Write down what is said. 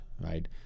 right